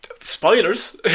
Spoilers